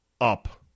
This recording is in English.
up